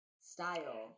style